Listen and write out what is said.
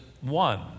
one